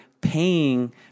paying